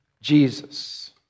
Jesus